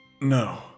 No